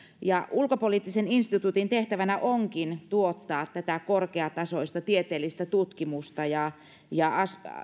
ulkopoliittisen instituutin tehtävänä onkin tuottaa tätä korkeatasoista tieteellistä tutkimusta ja ja